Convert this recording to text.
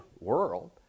world